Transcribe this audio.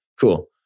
cool